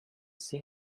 see